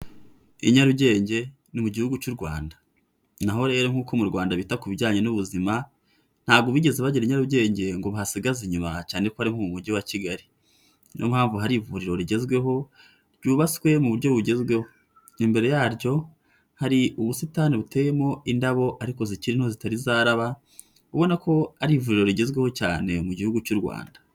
I Nyarugenge ni mu Gihugu cy'u Rwanda. Na ho rero nk'uko mu Rwanda bita ku bijyanye n'ubuzima ntabwo bigeze bagera i Nyarugenge ngo bahasigaze inyuma cyane ko ari no mu Mujyi wa Kigali. Ni yo mpamvu hari ivuriro rigezweho ryubatswe mu buryo bugezweho. Imbere yaryo hari ubusitani buteyemo indabo ariko zikiri nto zitari zaraba ubona ko ari ivuriro rigezweho cyane mu Gihugu cy'u Rwanda.